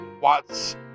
Watts